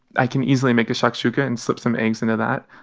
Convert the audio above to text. i can easily make a shakshuka and slip some eggs into that.